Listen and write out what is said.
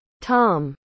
tom